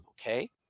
Okay